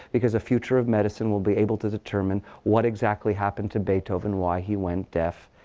because the future of medicine will be able to determine what exactly happened to beethoven, why he went deaf.